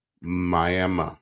Miami